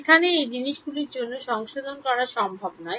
সেখানে এই জিনিসগুলির জন্য সংশোধন করা সম্ভব নয়